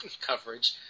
Coverage